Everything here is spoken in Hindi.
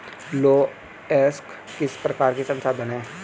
लौह अयस्क किस प्रकार का संसाधन है?